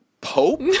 pope